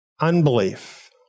Unbelief